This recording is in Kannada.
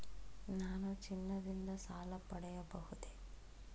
ನಾನು ಚಿನ್ನದಿಂದ ಸಾಲ ಪಡೆಯಬಹುದೇ?